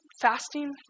fasting